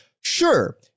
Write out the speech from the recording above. Sure